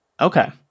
okay